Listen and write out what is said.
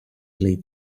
play